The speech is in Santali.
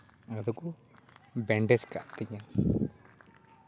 ᱟᱫᱚ ᱠᱚ ᱵᱮᱱᱰᱮᱡᱽ ᱠᱟᱜ ᱛᱤᱧᱟᱹ